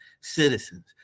citizens